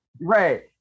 right